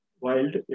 wild